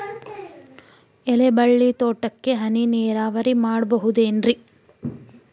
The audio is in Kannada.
ಎಲೆಬಳ್ಳಿ ತೋಟಕ್ಕೆ ಹನಿ ನೇರಾವರಿ ಮಾಡಬಹುದೇನ್ ರಿ?